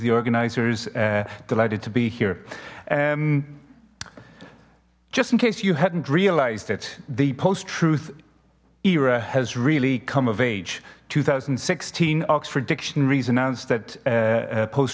the organizers delighted to be here um just in case you hadn't realized that the post truth era has really come of age two thousand and sixteen oxford dictionary's announced that post